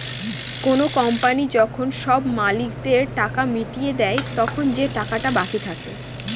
কোনো কোম্পানি যখন সব মালিকদের টাকা মিটিয়ে দেয়, তখন যে টাকাটা বাকি থাকে